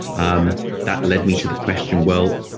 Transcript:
um that led me to the question, well,